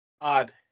Odd